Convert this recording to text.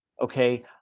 Okay